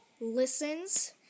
listens